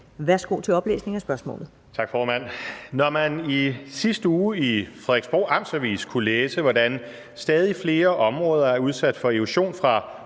Morten Messerschmidt (DF): Tak, formand. Når man i sidste uge i Frederiksborg Amts Avis kunne læse, hvordan stadig flere områder er udsat for erosion fra